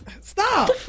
stop